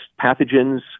pathogens